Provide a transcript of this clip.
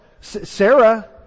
Sarah